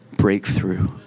Breakthrough